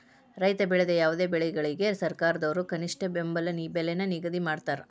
ರೈತ ಬೆಳೆದ ಯಾವುದೇ ಬೆಳೆಗಳಿಗೆ ಸರ್ಕಾರದವ್ರು ಕನಿಷ್ಠ ಬೆಂಬಲ ಬೆಲೆ ನ ನಿಗದಿ ಮಾಡಿರ್ತಾರ